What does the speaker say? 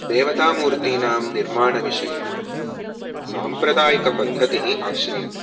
देवतामूर्तिनां निर्माणविषये साम्प्रदायिकपद्धतिः आश्रियते